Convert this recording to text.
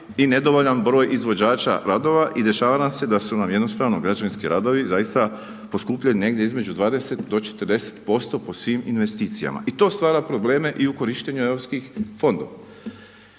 i nedovoljan broj izvođača radova i dešava nam se da su nam jednostavno građevinski radovi zaista poskupljuju negdje između 20 do 40% po svim investicijama. I to stvara probleme i u korištenju europskih fondova.